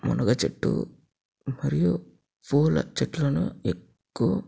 మునగ చెట్టు మరియు పూల చెట్లను ఎక్కువ